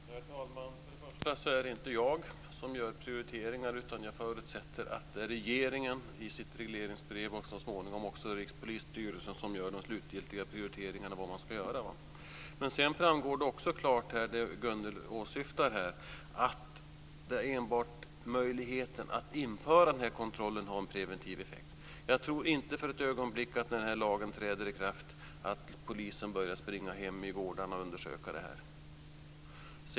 Herr talman! Först främst är det inte jag som gör prioriteringar, utan jag förutsätter att det är regeringen som i sitt regleringsbrev och så småningom också Rikspolisstyrelsen som gör de slutgiltiga prioriteringarna vad man ska göra. Det som Gunnel Wallin här åsyftar framgår också klart, att enbart möjligheten att införa den här kontrollen har en preventiv effekt. Jag tror inte för ett ögonblick att när den här lagen träder i kraft börjar polisen springa hem i gårdarna och undersöka det här.